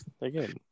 Again